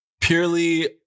purely